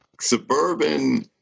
Suburban